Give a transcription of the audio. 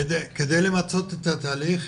כדי למצות את התהליך,